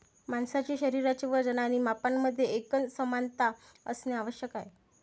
माणसाचे शरीराचे वजन आणि मापांमध्ये एकसमानता असणे आवश्यक आहे